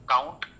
Count